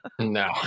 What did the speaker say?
No